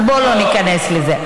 אז בוא לא ניכנס לזה.